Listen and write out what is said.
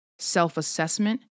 self-assessment